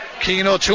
Keynote